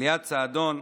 ליאת סעדון.